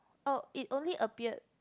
oh it only appeared